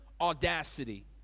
audacity